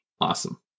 awesome